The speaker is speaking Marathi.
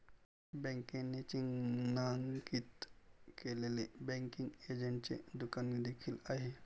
बँकेने चिन्हांकित केलेले बँकिंग एजंटचे दुकान देखील आहे